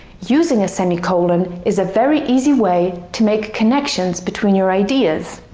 using a semicolon is a very easy way to make connections between your ideas,